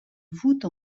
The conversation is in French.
voûte